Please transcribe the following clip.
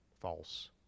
false